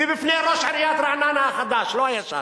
ובפני ראש עיריית רעננה החדש, לא הישן.